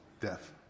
death